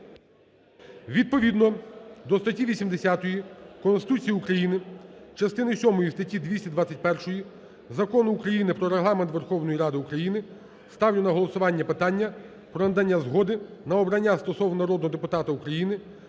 Відповідно до статті 80 Конституції України частини сьомої статті 221 Закону України "Про Регламент Верховної Ради України", сталю на голосування питання про надання згоди на обрання стосовно народного депутата України